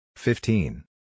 Fifteen